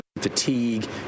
fatigue